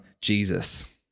Jesus